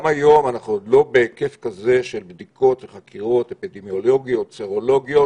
גם היום אנחנו עוד לא בהיקף של בדיקות וחקירות אפידמיולוגיות וסרולוגיות